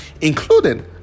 including